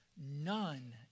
none